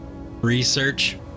Research